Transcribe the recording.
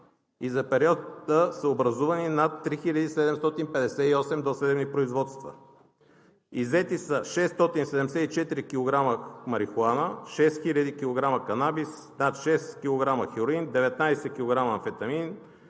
за периода са образувани над 3758 досъдебни производства. Иззети са 674 кг марихуана, 6000 кг канабис, над 6 кг хероин, 19 кг амфетамини